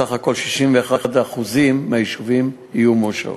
סך הכול ב-61% מהיישובים יהיו תוכניות מאושרות.